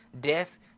death